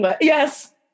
Yes